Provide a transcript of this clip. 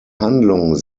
handlung